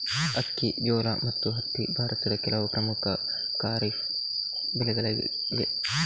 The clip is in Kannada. ಅಕ್ಕಿ, ಜೋಳ ಮತ್ತು ಹತ್ತಿ ಭಾರತದ ಕೆಲವು ಪ್ರಮುಖ ಖಾರಿಫ್ ಬೆಳೆಗಳಾಗಿವೆ